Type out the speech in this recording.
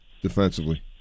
defensively